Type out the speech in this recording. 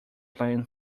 plan